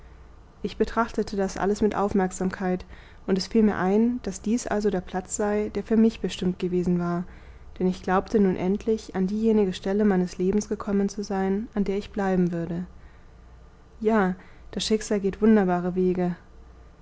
ich betrachtete das alles mit aufmerksamkeit und es fiel mir ein daß dies also der platz sei der für mich bestimmt gewesen war denn ich glaubte nun endlich an diejenige stelle meines lebens gekommen zu sein an der ich bleiben würde ja das schicksal geht wunderbare wege